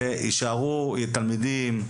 ויישארו תלמידים,